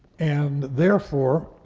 and therefore,